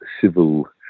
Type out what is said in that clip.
civil